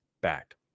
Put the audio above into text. back